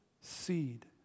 seed